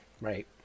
right